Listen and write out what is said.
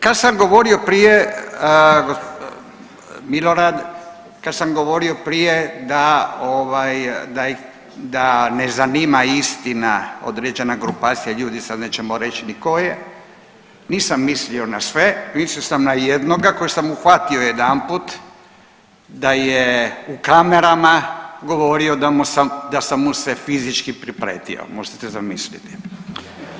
Kad sam govorio prije Milorad, kad sam govorio prije da ovaj da ne zanima istina određena grupacija ljudi sad nećemo reći ni koje, nisam mislio na sve, mislio sam na jednoga kojeg sam uhvatio jedanput da je u kamerama govorio da sam mu se fizički priprijetio, možete zamisliti.